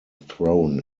thrown